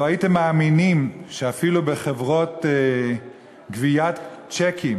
לא הייתם מאמינים שאפילו בחברות גביית צ'קים